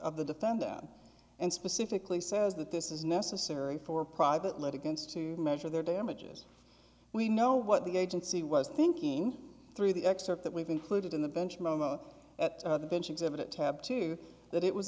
of the defend that and specifically says that this is necessary for private lead against to measure their damages we know what the agency was thinking through the excerpt that we've included in the bench moment at the bench exhibit tab two that it was